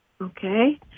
Okay